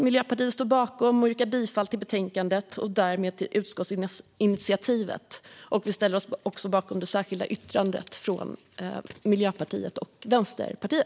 Miljöpartiet står bakom utskottsinitiativet, och jag yrkar bifall till utskottets förslag i betänkandet. Vi står också bakom Miljöpartiets och Vänsterpartiets särskilda yttrande.